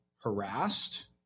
harassed